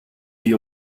you